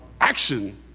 action